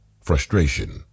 frustration